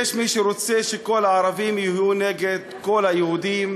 יש מי שרוצה שכל הערבים יהיו נגד כל היהודים.